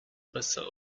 passa